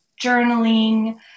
journaling